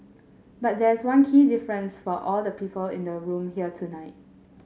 but there is one key difference for all the people in the room here tonight